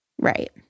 Right